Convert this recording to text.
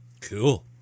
Cool